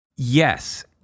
Yes